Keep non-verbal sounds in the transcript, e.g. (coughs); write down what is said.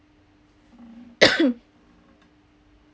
(coughs)